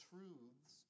Truths